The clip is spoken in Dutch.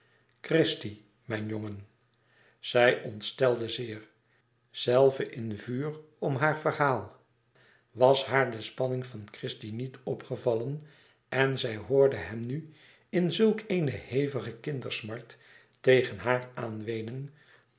christie mijn jongen zij ontstelde zeer zelve in vuur om haar verhaal was haar de spanning van christie niet opgevallen en zij hoorde hem nu in zulk eene hevige kindersmart tegen haar aan weenen